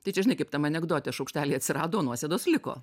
tai čia žinai kaip tam anekdote šaukšteliai atsirado o nuosėdos liko